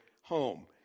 home